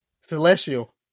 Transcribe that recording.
Celestial